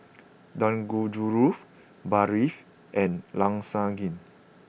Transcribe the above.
Dangojiru Barfi and Lasagne